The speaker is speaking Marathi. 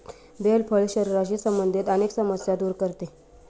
बेल फळ शरीराशी संबंधित अनेक समस्या दूर करते